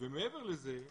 ומעבר לזה,